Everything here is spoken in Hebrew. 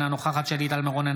אינה נוכחת שלי טל מירון,